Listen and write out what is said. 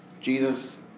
Jesus